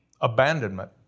Abandonment